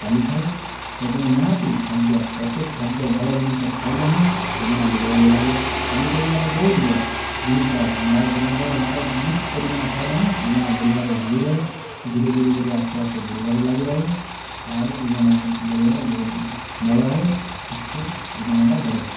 ଚାଲିଥାଏ ସେଥିପାଇଁ ନିହାତି ଖାଦ୍ୟ ପ୍ରତ୍ୟେକ ଖାଦ୍ୟ ଭଲ ଜିନିଷ ଖାଇଲେ ହିଁ ଓଜନ ବଢ଼ିବାକୁ ଲାଗେ ପନିପରିବାଟା ବହୁତ ବଡ଼ ଜିନିଷ ଅଣ୍ଡା ଚିକେନ ଝୋଳ ଭାତ ମିକ୍ସ କରିନା ଖାଇଲେ ହିଁ ଓଜନ ବଢ଼ିବାରେ ଲାଗି ରହେ ଧୀରେ ଧୀରେ ଧୀରେ ଆସ୍ତେ ଆସ୍ତେ ବଢ଼ିବାରେ ଲାଗି ରହେ ତା'ପରେ ଓଜନ ବଢ଼ିବାର ବହୁତ ବଳ ହୁଏ ଠିକ ସେ ଓଜନଟା ବଢ଼େ